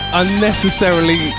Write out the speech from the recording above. unnecessarily